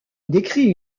décrit